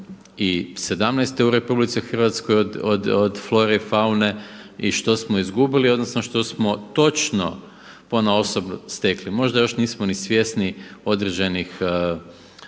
2017. u RH od flore i faune i što smo izgubili, odnosno što smo točno ponaosob stekli. Možda još nismo ni svjesni određenih